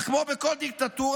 אך כמו בכל דיקטטורה,